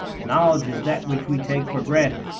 knowledge is that which we take for granted.